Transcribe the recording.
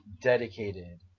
dedicated